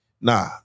Nah